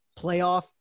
playoff